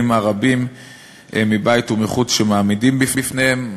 הרבים מבית ומחוץ שמעמידים בפניהם.